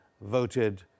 voted